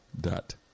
dot